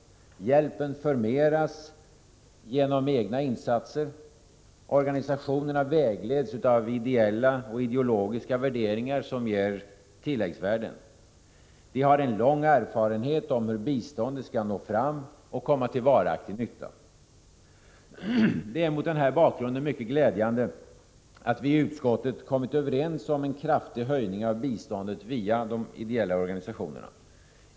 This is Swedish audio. Hjälpen förmeras genom egnainsatser. Organisationerna vägleds av ideella och ideologiska värderingar, som ger tilläggsvärden. De har en lång erfarenhet om hur biståndet skall nå fram och komma till varaktig nytta. Det är mot den här bakgrunden mycket glädjande, att vi i utskottet kommit överens om en kraftig höjning av bistånd via ideella organisationer.